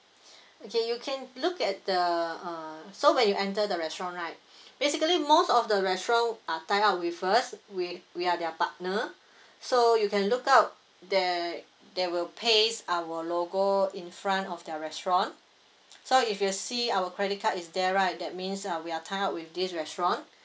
okay you can look at the uh so when you enter the restaurant right basically most of the restaurant are tied up with us we we are their partner so you can look out there there will paste our logo in front of their restaurant so if you see our credit card is there right that means uh we are tied up with this restaurant